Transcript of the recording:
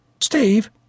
Steve